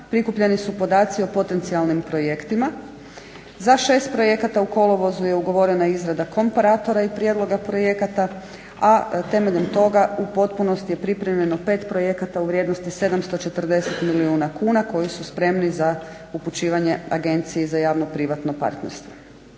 prikupljeni su podaci o potencijalnim projektima. Za 6 projekata u kolovozu je ugovorena izrada komparatora i prijedloga projekata a temeljem toga u potpunosti je pripremljeno 5 projekata u vrijednosti 740 milijuna kuna koji su spremni za upućivanje Agenciji za javno privatno partnerstvo.